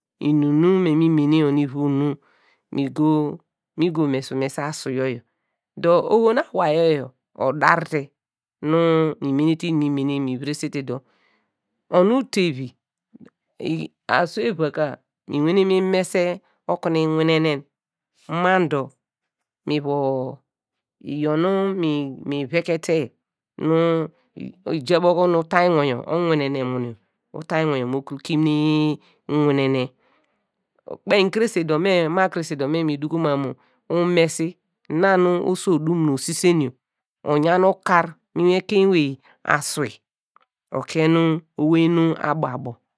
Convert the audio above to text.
Inum nu- me mi mene yor nu ivur nu me go. mi go mese umer aru yor yor. dor oho nu awayo yor odar te nu mi mene te inum nu mi yor mi vuresete dor. onu tevi asu iva ka mi wane mi mese okunu inwinernen ma dor mi vo. iyaw nu me vekete yor nu ijabo kunu utainwo yor owinene munu yor, utainwor mu kunu kimine yi winene, kpein krese dor ma krese dor nu mi duko mam mu umesi na nu oso odum osise yor oyan ukar mu ekein ewey aswei okun nu abo abo.